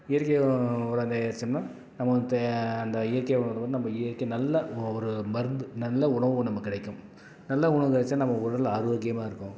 இயற்கை உரம் தயாரித்தோம்னா நமக்கு தே அந்த இயற்கை உரங்கள் நம்ம இயற்கை நல்ல ஒரு மருந்து நல்ல உணவு நமக்கு கிடைக்கும் நல்ல உணவு கிடைச்சா நம்ம உடல் ஆரோக்கியமாக இருக்கும்